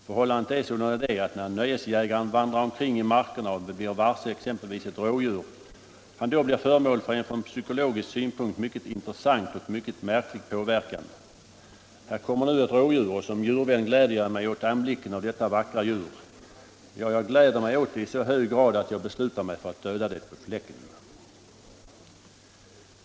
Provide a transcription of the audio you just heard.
Förhållandet är sålunda det att när nöjesjägaren vandrar omkring i markerna och blir varse exempelvis ett rådjur han då blir föremål för en från psykologisk synpunkt mycket intressant och mycket märklig påverkan: Här kommer nu ett rådjur och som djurvän gläder jag mig åt anblicken av detta vackra djur. Ja, jag gläder mig åt det i så hög grad att jag beslutar mig för att döda det på fläcken.